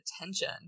attention